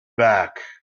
back